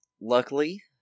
Luckily